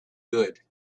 good